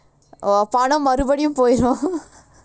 பணம் மறுபடியும் போயிடும்:panam marupadiyum poyidum